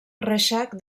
reixac